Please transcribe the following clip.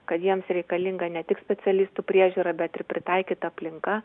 kad jiems reikalinga ne tik specialistų priežiūra bet ir pritaikyta aplinka